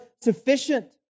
sufficient